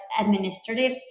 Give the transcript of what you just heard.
administrative